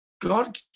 God